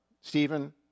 Stephen